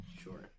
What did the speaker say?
Sure